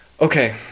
okay